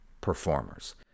performers